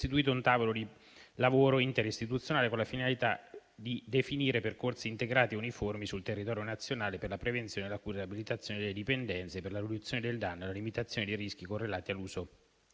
istituito un tavolo di lavoro interistituzionale con la finalità di definire percorsi integrati e uniformi sul territorio nazionale per la prevenzione, la cura e la riabilitazione delle dipendenze, per la riduzione del danno e per la limitazione dei rischi correlati al